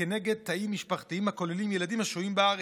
נגד תאים משפחתיים הכוללים ילדים השוהים בארץ.